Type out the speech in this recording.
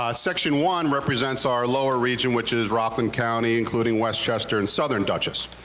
ah section one represents our lower region, which is rothman county, including westchester and southern duchess.